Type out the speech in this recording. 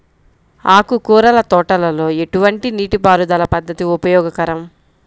ఆకుకూరల తోటలలో ఎటువంటి నీటిపారుదల పద్దతి ఉపయోగకరం?